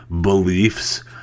beliefs